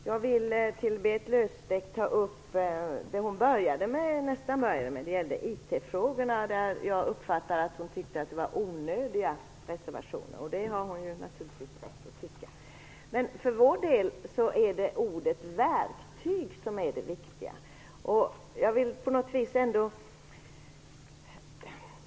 Fru talman! Jag vill ta upp det Berit Löfstedt började med, IT-frågorna. Där uppfattade jag det så att Berit Löfstedt tyckte att det var onödiga reservationer. Det har hon naturligtvis rätt att tycka. För vår del är ordet "verktyg" det viktiga.